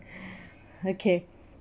okay